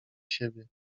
siebie